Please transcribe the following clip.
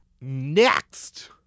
Next